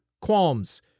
qualms